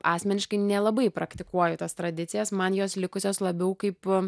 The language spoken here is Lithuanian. asmeniškai nelabai praktikuoju tas tradicijas man jos likusios labiau kaip